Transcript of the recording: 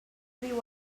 viu